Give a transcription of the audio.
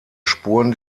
spuren